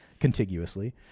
contiguously